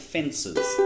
Fences